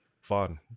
fun